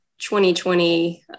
2020